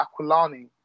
Aquilani